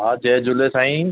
हा जय झूले साईं